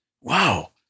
Wow